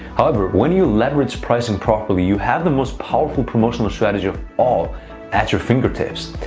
however, when you leverage pricing properly, you have the most powerful promotional strategy of all at your fingertips.